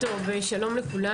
שלום לכולם.